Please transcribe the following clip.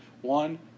One